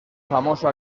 famoso